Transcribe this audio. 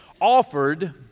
offered